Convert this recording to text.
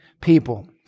people